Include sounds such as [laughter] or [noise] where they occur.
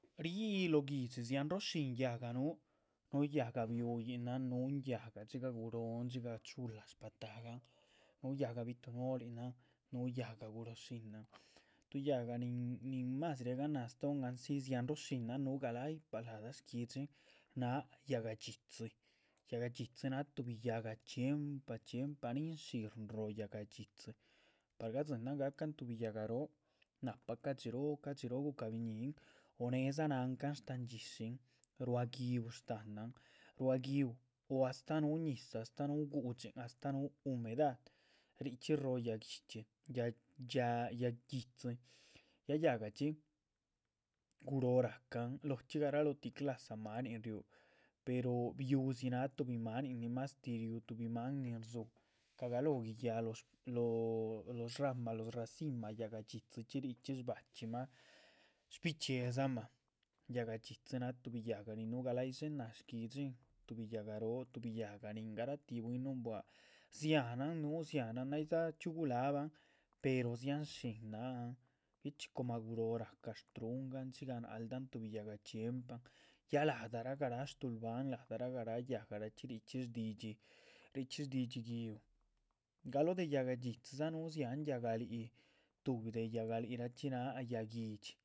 Ríh lóh guihdxi dxianroo shín yáhga núhu, núhu yáhga biuyihnahan, núhu yáhga dxigah guróhon, dxigah chula shpatahagan núhu yáhga bi´tuhnolihinan, núhu yáhga. guróho shináhan, tuh yáhga nin mas riaganáha stóon náh andzi dzian roo shinan núh galay pa láda shguihdxin náha yáhga dxitzi, yáhga dxitzi náh tuhbi. yáhga chxiempa nihin shín róho yáhga dxitzi, par gadzináhan ga´cahn tuhbi yáhga róh, nahpa cadxi tóh cadxi roh guhca biñíhin o nédza náncahan sh´tahan dxíshin,. ruá gi´uh sh´tahnan, ruá gi´uh o astáh núhu ñizah, astáh núhu gu´dxin astáh núhu humedad, richxí róho yaguinchxi [unintelligible] ya yáhgachxi guróh ra´cahn lóchxi. garalotih clasa manin ríhu, pero biu´dzi náh tuhbi maanin nin mástih riú tuhbi máan nin rdzú cagalóho guiyaaꞌ, lóho shrama lóho racima. bichxíedza chxi richxí. shbachximah bichxíedzama, yáhga dxitzi náh tuhbi yáhga nin núhu galay dshé náh shguihdxín tuhbi yáhga róh yáhga nin garatíh nunbuá, dziánahn núhu dziánahn. bay dza chxíu gulahban pero dzian shín náhan bichxí coma guróhon ra´ca shtruhungan dxigah naldahan tuhbi yáhga chxiempahan ya la´dara garáh shtuhulbahan la´dara. garáh yáhgachxi richxí shdidxi, richxí shdidxi gi´uh galóho de yáhga dxitzi dzichxí dza náh núh dziáhan yáhga líhic tuhbi de yáhga líhic raachxi náha yáhguidxi.